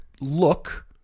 look